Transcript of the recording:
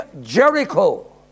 Jericho